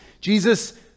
Jesus